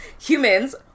humans